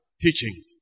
Teaching